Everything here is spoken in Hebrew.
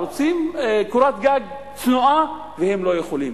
רוצים קורת גג צנועה ולא יכולים.